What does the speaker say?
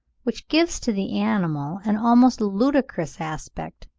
which gives to the animal an almost ludicrous aspect.